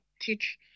teach